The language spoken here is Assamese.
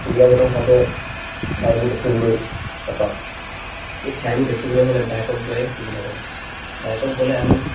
সুবিধাজনকভাৱে ঠাইবোৰ দেখিবলৈ নাপাওঁ এই ঠাইবোৰ দেখিবলৈ হ'লে বাইকত যোৱাই সুবিধাজনক বাইকত গ'লে আমি